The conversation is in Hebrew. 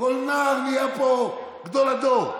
כל נער נהיה פה גדול הדור.